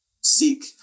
seek